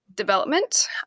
development